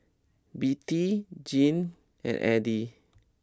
Bette Jeannie and Eddie